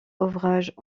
ouvrages